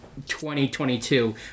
2022